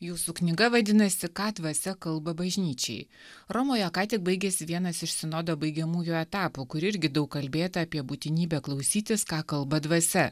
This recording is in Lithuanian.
jūsų knyga vadinasi ką dvasia kalba bažnyčiai romoje ką tik baigėsi vienas iš sinodo baigiamųjų etapų kur irgi daug kalbėta apie būtinybę klausytis ką kalba dvasia